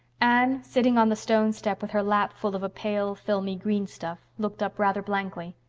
anne, sitting on the stone step with her lap full of a pale, filmy, green stuff, looked up rather blankly.